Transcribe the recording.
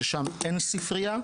ששם אין ספריה,